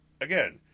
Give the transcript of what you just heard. again